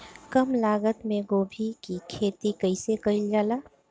कम लागत मे गोभी की खेती कइसे कइल जाला?